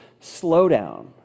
slowdown